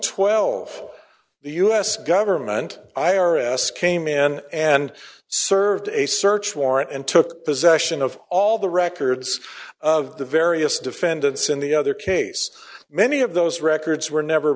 twelve the u s government i r s came in and served a search warrant and took possession of all the records of the various defendants in the other case many of those records were never